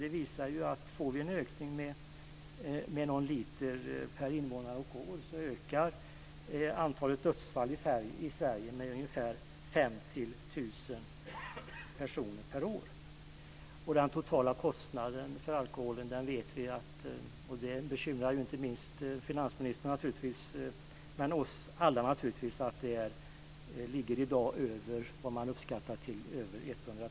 Det visar sig att en ökning med någon liter per invånare och år höjer antalet dödsfall i Sverige med ungefär 50 000 per år. Vi vet att den totala kostnaden för alkoholen per år i dag uppskattas ligga på över 130 miljarder per år. Detta bekymrar naturligtvis inte minst finansministern men också oss alla övriga.